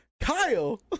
Kyle